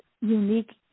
unique